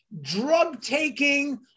drug-taking